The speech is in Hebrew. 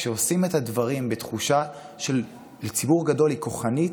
כשעושים את הדברים בתחושה שלציבור גדול היא כוחנית,